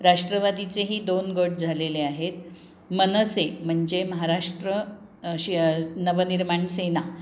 राष्ट्रवादीचेही दोन गट झालेले आहेत मनसे म्हणजे महाराष्ट्र शि नवनिर्माण सेना